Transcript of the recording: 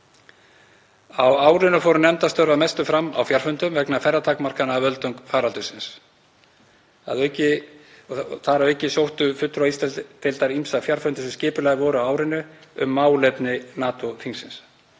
Á árinu fóru nefndastörf að mestu fram á fjarfundum vegna ferðatakmarkana af völdum faraldursins. Að auki sóttu fulltrúar Íslandsdeildar ýmsa fjarfundi sem skipulagðir voru á árinu um málefni NATO-þingsins.